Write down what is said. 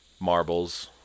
marbles